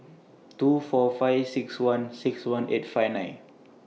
two four five six one six one eight five nine